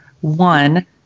One